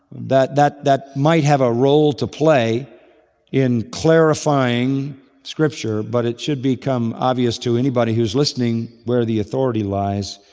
that that might have a role to play in clarifying scripture but it should become obvious to anybody who is listening where the authority lies,